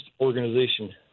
organization